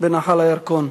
בנחל הירקון.